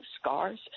scars